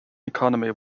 economy